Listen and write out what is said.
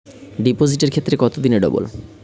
ডিপোজিটের ক্ষেত্রে কত দিনে ডবল?